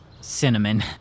Cinnamon